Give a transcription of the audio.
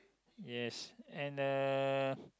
yes and the